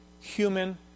human